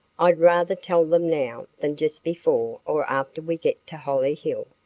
i'd rather tell them now than just before or after we get to hollyhill.